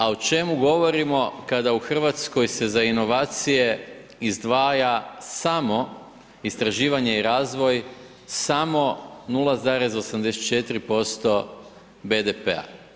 A o čemu govorimo kada u Hrvatskoj se za inovacije izdvaja samo istraživanje i razvoj, samo 0,84% BDP-a?